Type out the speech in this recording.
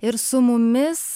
ir su mumis